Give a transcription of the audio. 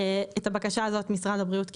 את הבקשה הזאת משרד הבריאות קיבל.